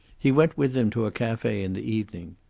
he went with them to a cafe in the evening.